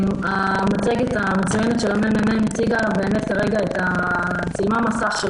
המצגת המצוינת של מרכז המחקר והמידע של הכנסת צילמה מסך של